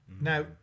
Now